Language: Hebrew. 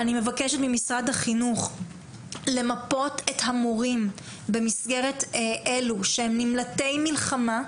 אני מבקשת ממשרד החינוך למפות את המורים במסגרת אלה שהם נמלטי מלחמה.